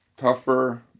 tougher